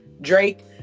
Drake